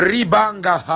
Ribanga